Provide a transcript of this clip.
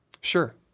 Sure